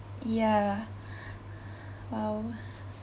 yeah how